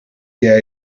jij